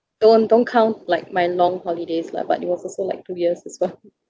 don't don't count like my long holidays lah but it was also like two years as well